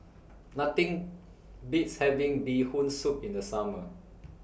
Nothing Beats having Bee Hoon Soup in The Summer